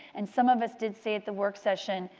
and some of us did say at the work session,